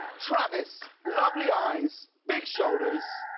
travis, lovely eyes, big shoulders,